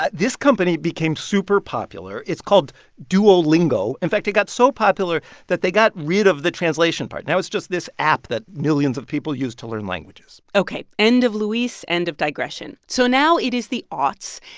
this company became super popular. it's called duolingo. in fact, it got so popular that they got rid of the translation part. now it's just this app that millions of people use to learn languages ok. end of luis. end of digression so now it is the aughts.